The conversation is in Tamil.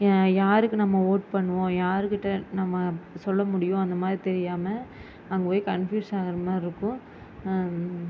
ஏன் யாருக்கு நம்ம வோட் பண்ணுவோம் யாருக்கிட்ட நம்ம சொல்ல முடியும் அந்த மாதிரி தெரியாமல் அங்கே போய் கன்ஃப்யூஷன் ஆகிற மாதிரி இருக்கும்